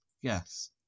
Yes